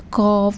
cup